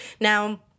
Now